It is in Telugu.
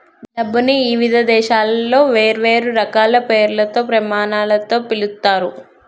డబ్బుని ఇవిధ దేశాలలో వేర్వేరు రకాల పేర్లతో, ప్రమాణాలతో పిలుత్తారు